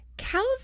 Cow's